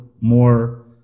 more